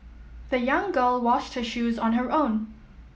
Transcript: the young girl washed her shoes on her own